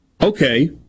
Okay